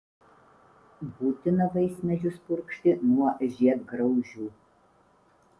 būtina vaismedžius purkšti nuo žiedgraužių